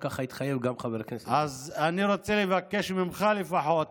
ככה התחייב גם חבר הכנסת --- אז אני רוצה לבקש ממך לפחות,